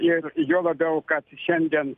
ir juo labiau kad šiandien